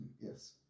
Yes